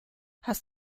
hast